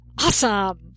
Awesome